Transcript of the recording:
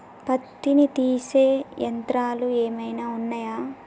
పత్తిని తీసే యంత్రాలు ఏమైనా ఉన్నయా?